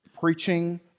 Preaching